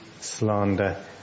slander